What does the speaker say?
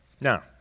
Now